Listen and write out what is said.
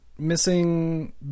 missing